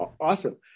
Awesome